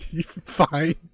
fine